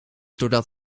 doordat